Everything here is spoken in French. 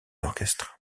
orchestre